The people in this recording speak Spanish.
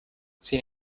sin